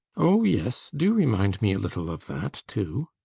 oh yes do remind me a little of that, too.